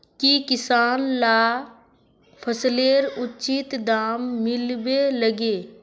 की किसान लाक फसलेर उचित दाम मिलबे लगे?